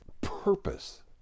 purpose